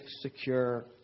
secure